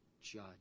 judge